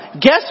guess